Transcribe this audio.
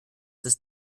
des